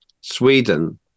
sweden